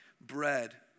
bread